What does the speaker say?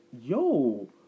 yo